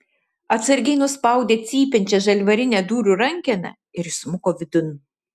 atsargiai nuspaudė cypiančią žalvarinę durų rankeną ir įsmuko vidun